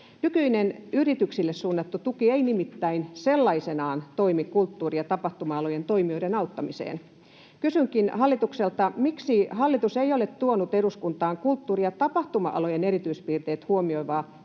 Nykyinen yrityksille suunnattu tuki ei nimittäin sellaisenaan toimi kulttuuri- ja tapahtuma-alojen toimijoiden auttamiseen. Kysynkin hallitukselta: miksi hallitus ei ole tuonut eduskuntaan kulttuuri- ja tapahtuma-alojen erityispiirteet huomioivaa